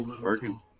Working